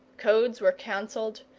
codes were cancelled,